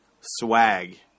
swag